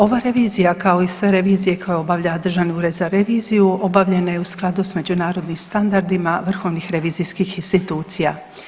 Ova revizija kao i sve revizije koje obavlja Državni ured za reviziju obavljena je u skladu s međunarodnim standardima vrhovnih revizijskih institucija.